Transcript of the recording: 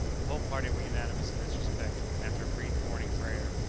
the whole party were unanimous in this respect, and after a brief morning prayer,